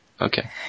Okay